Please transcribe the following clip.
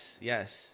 yes